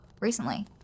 recently